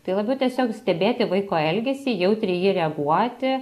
tai labiau tiesiog stebėti vaiko elgesį jautriai į jį reaguoti